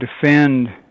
defend